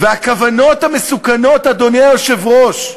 והכוונות המסוכנות, אדוני היושב-ראש,